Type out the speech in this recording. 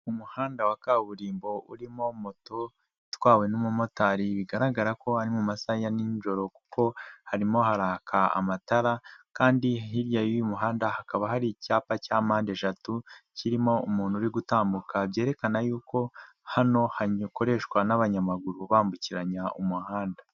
Umuhanda wa kaburimbo urimo moto itwawe n'umumotari, bigaragara ko ari mu masaha ya ninjoro kuko harimo haraka amatara kandi hirya y'uyu muhanda hakaba hari icyapa cya mpande eshatu kirimo umuntu uri gutambuka byerekana yuko hano hakoreshwa n'amaguru bambukiranya umuhanda.